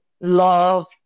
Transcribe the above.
love